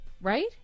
Right